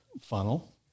funnel